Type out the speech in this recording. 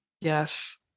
Yes